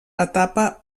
etapa